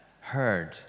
heard